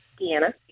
Deanna